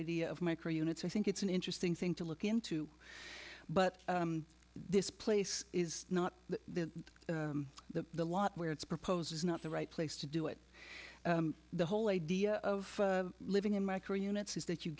idea of micro units i think it's an interesting thing to look into but this place is not the the the lot where it's proposed is not the right place to do it the whole idea of living in my career units is that you